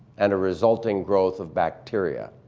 and a resulting growth of bacteria.